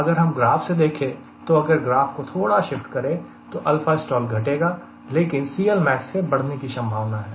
अगर हम ग्राफ से देखें तो अगर ग्राफ को थोड़ा शिफ्ट करें तो αstall घटेगा लेकिन CLmax के बढ़ने की संभावना है